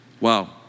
Wow